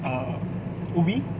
err ubi